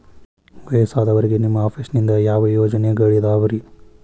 ವಯಸ್ಸಾದವರಿಗೆ ನಿಮ್ಮ ಆಫೇಸ್ ನಿಂದ ಯಾವ ಯೋಜನೆಗಳಿದಾವ್ರಿ?